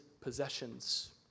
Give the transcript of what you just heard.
possessions